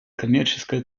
коммерческой